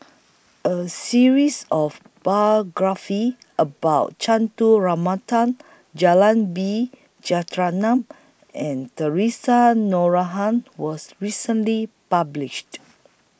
A series of biographies about Ramanathan B Jeyaretnam and Theresa Noronha was recently published